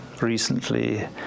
recently